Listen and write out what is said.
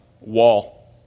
wall